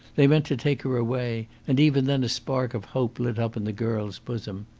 they meant to take her away, and even then a spark of hope lit up in the girl's bosom.